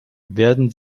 werden